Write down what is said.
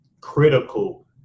critical